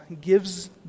gives